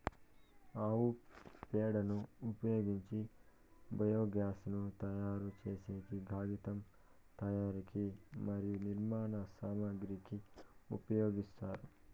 ఆవు పేడను ఉపయోగించి బయోగ్యాస్ ను తయారు చేసేకి, కాగితం తయారీకి మరియు నిర్మాణ సామాగ్రి కి ఉపయోగిస్తారు